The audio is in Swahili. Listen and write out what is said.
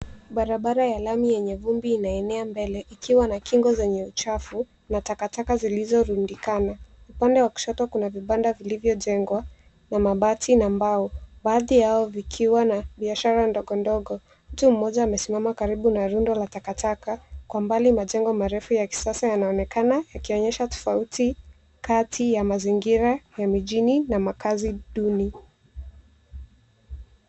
Barabara ya lami yenye vumbi inaenea mbele, ikiwa na kingo zenye uchafu, na takataka zilizorundikana. Upande wa kushoto kuna vibanda vilivyojengwa, na mabati na mbao. Baadhi yao vikiwa na biashara ndogondogo. Mtu mmoja amesimama karibu na rundo la takataka. Kwa mbali majengo marefu ya kisasa yanaonekana, yakionyesha tofauti kati ya mazingira ya mijini na makazi duni.